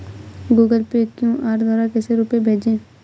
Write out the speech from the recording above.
Google Pay QR द्वारा कैसे रूपए भेजें?